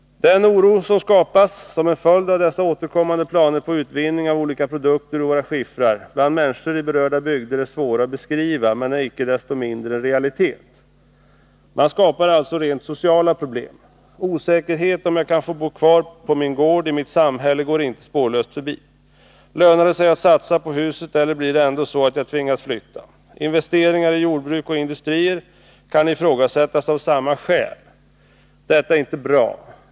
Den oro som skapas — som en följd av dessa återkommande planer på utvinning av olika produkter ur våra skiffrar — bland människor i berörda bygder är svår att beskriva, men den är icke desto mindre en realitet. Man skapar alltså rent sociala problem. Osäkerhet om man kan få bo kvar på sin gård eller i sitt samhälle går inte spårlöst förbi. Lönar det sig att satsa på huset, eller blir det ändå så att man tvingas flytta? Investeringar i jordbruk och industrier kan ifrågasättas av samma skäl. Detta är inte bra.